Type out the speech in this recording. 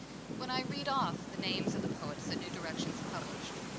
when i read off the names of the poets that new directions published,